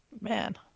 Man